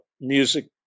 music